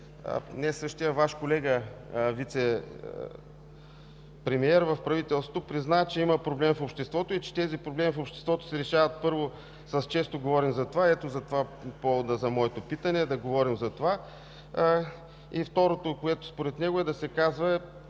Дори Ваш колега – вицепремиер в правителството призна, че има проблем в обществото и че тези проблеми в обществото се решават, първо, с често говорене за това. Ето затова е поводът за моето питане – да говорим за това. И второто, което според него е да се казва